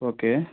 okay